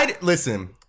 listen